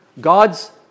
God's